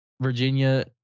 Virginia